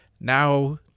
now